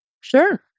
Sure